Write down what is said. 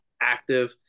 active